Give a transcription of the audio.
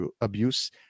abuse